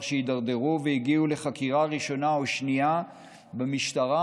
שהידרדרו והגיעו לחקירה ראשונה או שנייה במשטרה,